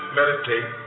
meditate